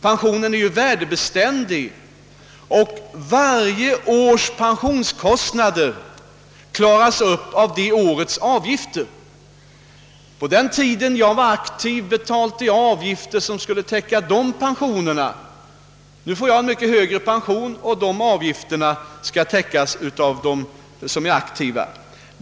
Pensionen är ju värdebeständig, och varje års pensionskostnad täcks av det årets avgifter. På den. tiden då jag var aktiv betalade jag avgifter som skulle täcka de då utgående pensionerna. Nu får jag en mycket högre pension, och avgifterna skall betalas av dem som nu är aktiva.